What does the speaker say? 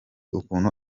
ukuntu